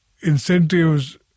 incentives